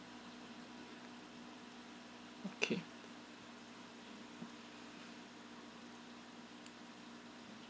okay